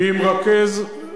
ועדת הכספים.